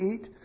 eat